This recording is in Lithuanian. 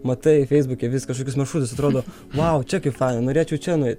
matai feisbuke vis kažkokius maršrutus atrodo vau čia kaip faina norėčiau čia nueit